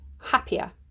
happier